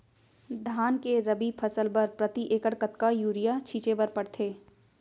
धान के रबि फसल बर प्रति एकड़ कतका यूरिया छिंचे बर पड़थे?